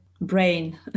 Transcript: brain